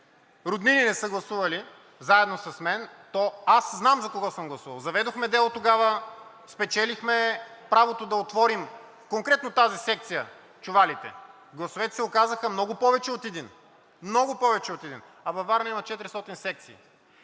роднини не са гласували заедно с мен, то аз знам за кого съм гласувал. Заведохме дело тогава, спечелихме правото да отворим конкретно в тази секция чувалите. Гласовете се оказаха много повече от един, много повече от един, а във Варна има 400 секции.